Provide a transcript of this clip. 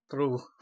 True